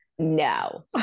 no